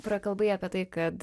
prakalbai apie tai kad